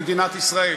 במדינת ישראל.